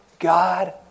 God